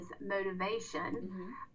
motivation